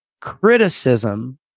criticism